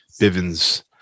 Bivens